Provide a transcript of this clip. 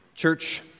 Church